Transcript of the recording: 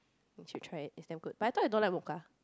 you should try it it's damn good but I thought you don't like mocha